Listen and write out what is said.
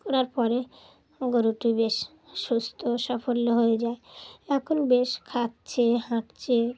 করার পরে গরুটি বেশ সুস্থ সাফল্য হয়ে যায় এখন বেশ খাচ্ছে হাঁটছে